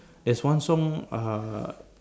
there's one song uh